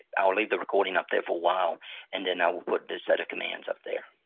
i'll leave the recording up there for a while and then i will put this set of commands up there.